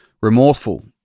remorseful